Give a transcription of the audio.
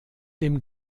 dem